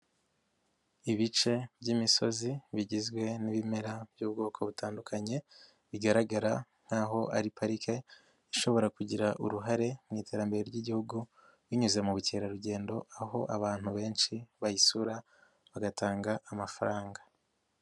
Ibice by'imisozi bigizwe n'ibimera by'ubwoko butandukanye, bigaragara nkaho ari parike ishobora kugira uruhare mu iterambere ry'Igihugu, binyuze mu bukerarugendo aho abantu benshi bayisura bagatanga amafaranga.